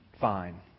fine